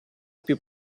più